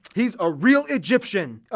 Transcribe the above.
he's a real egyptian.